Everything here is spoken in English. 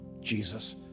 Jesus